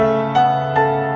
ah